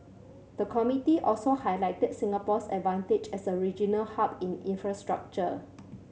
the committee also highlighted Singapore's advantage as a regional hub in infrastructure